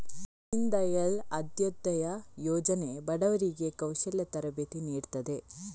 ದೀನ್ ದಯಾಳ್ ಅಂತ್ಯೋದಯ ಯೋಜನೆ ಬಡವರಿಗೆ ಕೌಶಲ್ಯ ತರಬೇತಿ ನೀಡ್ತದೆ